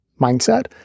mindset